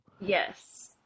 Yes